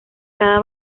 cada